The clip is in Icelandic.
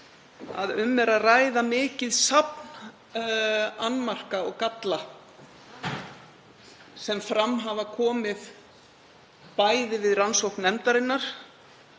að um er að ræða mikið safn annmarka og galla sem fram hafa komið við rannsókn nefndarinnar,